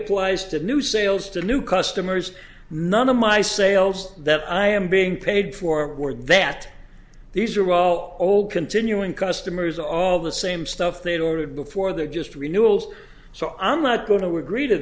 applies to new sales to new customers none of my sales that i am being paid for were that these are all old continuing customers all the same stuff they don't have before they're just renewables so i'm not going to agree to